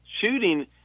shooting